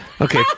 Okay